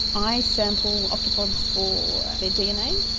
i sample octopods for their dna.